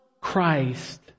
Christ